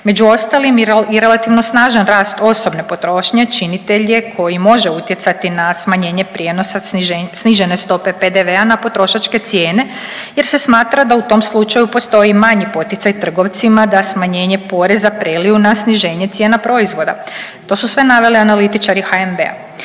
Među ostalim i relativno snažan rast osobne potrošnje činitelj je koji može utjecati na smanjenje prijenosa snižene stope PDV-a na potrošačke cijene, jer se smatra da u tom slučaju postoji manji poticaj trgovcima da smanjenje poreza preliju na sniženje cijena proizvoda. To su sve naveli analitičari HNB-a.